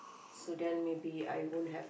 so then maybe I won't have